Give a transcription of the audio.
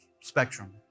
spectrum